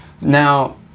Now